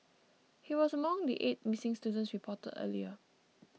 he was among the eight missing students reported earlier